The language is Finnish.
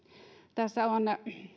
tässä